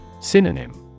Synonym